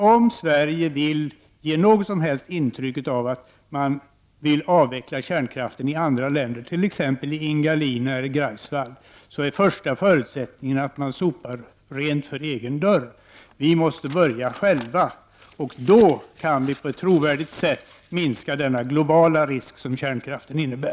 Om vi vill ge något som helst intryck av att vi vill att kärnkraften skall avvecklas i andra länder, t.ex. på orterna Ignalina och Greifswald, är den första förutsättningen att vi sopar rent framför egen dörr. Vi måste börja själva, och då kan vi på ett trovärdigt sätt arbeta för att minska denna globala risk som kärnkraften innebär.